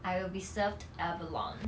I will be served abalone